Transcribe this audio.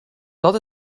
dat